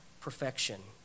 perfection